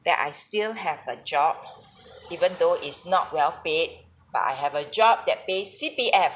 that I still have a job even though it's not well paid but I have a job that pays C_P_F